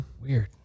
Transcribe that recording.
Weird